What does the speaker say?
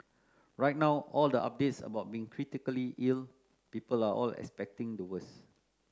right now all the updates about being critically ill people are all expecting the worse